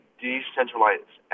decentralized